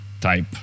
type